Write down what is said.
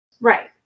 Right